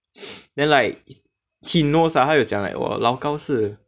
then like he knows ah 他有讲 like 我老公是